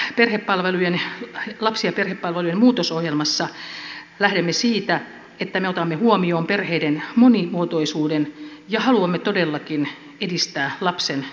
me tässä lapsi ja perhepalvelujen muutosohjelmassa lähdemme siitä että me otamme huomioon perheiden monimuotoisuuden ja haluamme todellakin edistää lapsen etua